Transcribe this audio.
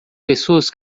pessoas